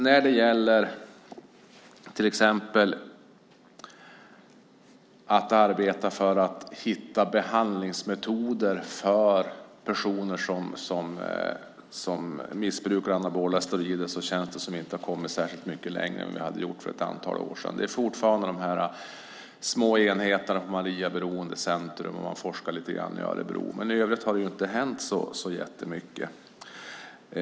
När det gäller att till exempel arbeta för att hitta behandlingsmetoder för personer som missbrukar anabola steroider känns det som att vi inte har kommit särskilt mycket längre än vad vi hade för ett antal år sedan. Det är fortfarande de små enheterna på Maria Beroendecentrum, och man forskar lite grann i Örebro. I övrigt har det dock inte hänt så jättemycket.